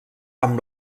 amb